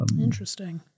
interesting